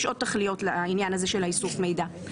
יש עוד תכליות לעניין הזה של איסוף המידע.